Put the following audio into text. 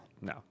No